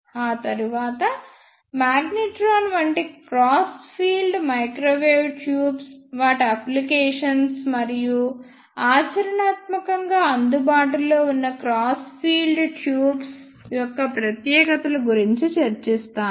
ఆ తరువాత మాగ్నెట్రాన్స్ వంటి క్రాస్ ఫీల్డ్ మైక్రోవేవ్ ట్యూబ్స్ వాటి అప్లికేషన్స్ మరియు ఆచరణాత్మకంగా అందుబాటులో ఉన్న క్రాస్ ఫీల్డ్ ట్యూబ్స్ యొక్క ప్రత్యేకతలు గురించి చర్చిస్తాను